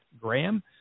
Graham